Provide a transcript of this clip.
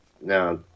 now